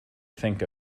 think